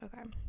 okay